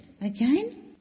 again